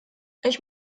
ich